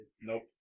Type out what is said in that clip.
Nope